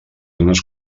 unes